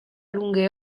lunghe